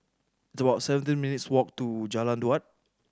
it's about seventeen minutes' walk to Jalan Daud